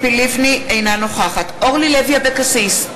אינה נוכחת אורלי לוי אבקסיס,